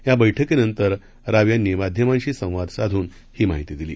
या बैठकीनंतर सौरभ राव यांनी माध्यमांशी संवाद साधून ही माहिती दिली